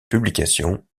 publication